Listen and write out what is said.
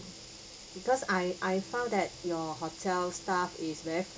because I I found that your hotel staff is very